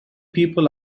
people